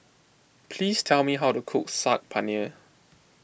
please tell me how to cook Saag Paneer